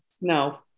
no